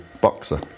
boxer